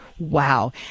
Wow